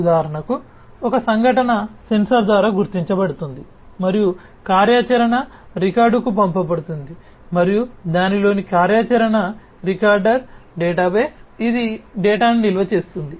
ఉదాహరణకు ఒక సంఘటన సెన్సార్ ద్వారా గుర్తించబడుతుంది మరియు కార్యాచరణ రికార్డర్కు పంపబడుతుంది మరియు దానిలోని కార్యాచరణ రికార్డర్ డేటాబేస్ ఇది డేటాను నిల్వ చేస్తుంది